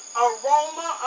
aroma